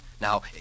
Now